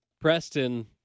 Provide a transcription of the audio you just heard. Preston